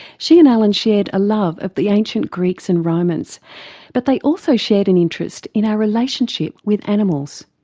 she and alan shared a love of the ancient greeks and romans but they also shared an interest in our relationship with animals.